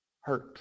hurt